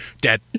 Dead